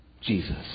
Jesus